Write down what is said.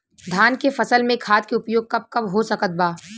धान के फसल में खाद के उपयोग कब कब हो सकत बा?